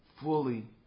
fully